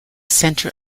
center